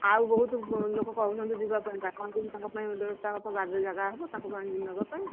ଆଉ ବହୁତ ଲୋକ କହୁଛନ୍ତି ଯିବା ପାଇଁ କ'ଣ ତାଙ୍କ ପାଇଁ ବ୍ୟବସ୍ଥା ହବ ଗାଡ଼ିରେ ଜାଗା ହବ ତାଙ୍କ ପାଇଁ ନେବା ପାଇଁ